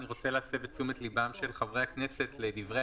אני רוצה להסב את תשומת לבם של חברי הכנסת לדברי